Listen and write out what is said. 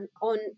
on